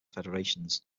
federations